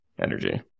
energy